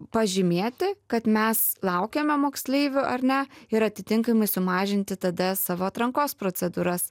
pažymėti kad mes laukiame moksleivių ar ne ir atitinkamai sumažinti tada savo atrankos procedūras